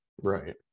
right